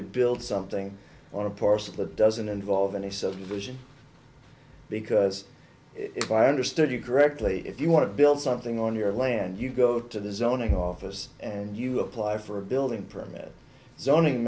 to build something or a parcel that doesn't involve any subdivision because if i understood you correctly if you want to build something on your land you go to the zoning office and you apply for a building permit zoning